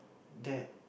that